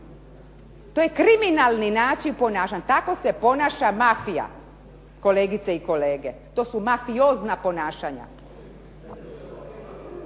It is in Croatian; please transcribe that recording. To je kriminalni naših ponašanja, tako se ponaša mafija kolegice i kolege. To su mafiozna ponašanja.